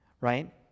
right